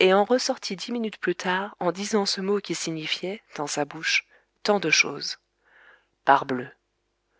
et en ressortit dix minutes plus tard en disant ce mot qui signifiait dans sa bouche tant de choses parbleu